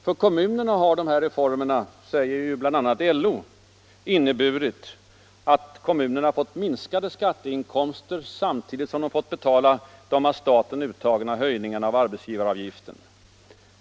För kommunerna har dessa reformer — det säger bl.a. Lo — inneburit ”att de fått minskade skatteinkomster samtidigt som de fått betala de av staten uttagna höjningarna av arbetsgivaravgiften.